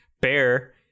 Bear